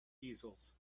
easels